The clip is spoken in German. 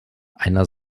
einer